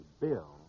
Bill